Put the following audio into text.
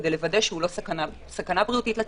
כדי לוודא שהוא לא סכנה בריאותית לציבור.